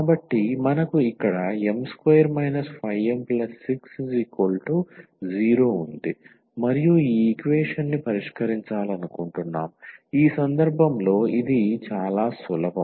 కాబట్టి మనకు ఇక్కడ m2 5m60 ఉంది మరియు ఈ ఈక్వేషన్ ని పరిష్కరించాలనుకుంటున్నాము ఈ సందర్భంలో ఇది చాలా సులభం